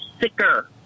sicker